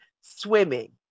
swimming